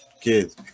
kids